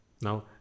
now